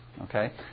okay